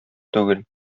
түгел